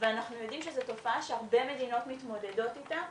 ואנחנו יודעים שזו תופעה שהרבה מדינות מתמודדות איתה,